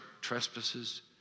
trespasses